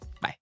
Bye